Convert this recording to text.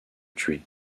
tuer